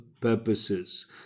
purposes